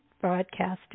broadcasting